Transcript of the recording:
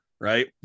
right